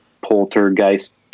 poltergeist